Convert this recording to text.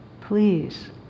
Please